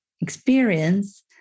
experience